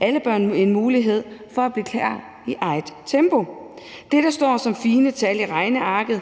alle børn en mulighed for at blive klar i deres eget tempo. Det, der står som fine tal i regnearket,